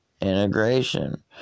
integration